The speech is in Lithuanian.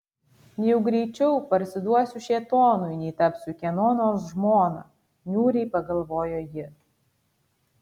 jau greičiau parsiduosiu šėtonui nei tapsiu kieno nors žmona niūriai pagalvojo ji